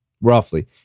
roughly